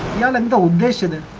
yeah um and auditioning